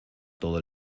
todo